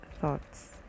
thoughts